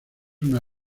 una